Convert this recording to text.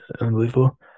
Unbelievable